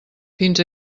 fins